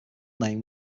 name